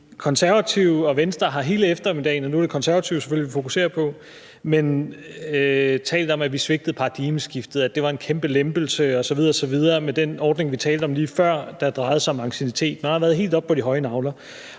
Konservative og Venstre hele eftermiddagen – og nu er det selvfølgelig Konservative, vi fokuserer på – har talt om, at vi svigtede paradigmeskiftet, at det var en kæmpe lempelse osv. osv. med den ordning, vi talte om lige før, der drejede sig om anciennitet. Man har været helt oppe på de høje nagler.